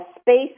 space